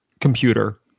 computer